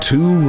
Two